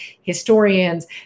historians